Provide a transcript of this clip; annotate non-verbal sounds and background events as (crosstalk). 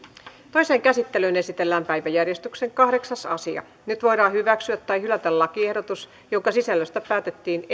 toiseen käsittelyyn esitellään päiväjärjestyksen kahdeksas asia nyt voidaan hyväksyä tai hylätä lakiehdotus jonka sisällöstä päätettiin (unintelligible)